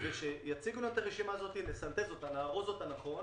שיציגו לנו את הרשימה הזאת, נארוז אותה נכון